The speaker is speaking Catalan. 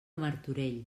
martorell